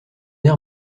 air